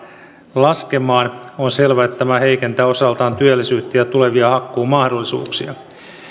laskemaan on selvää että tämä heikentää osaltaan työllisyyttä ja tulevia hakkuumahdollisuuksia